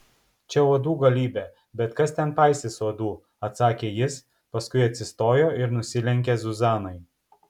čia uodų galybė bet kas ten paisys uodų atsakė jis paskui atsistojo ir nusilenkė zuzanai